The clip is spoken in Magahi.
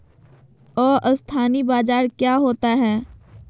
अस्थानी बाजार क्या होता है?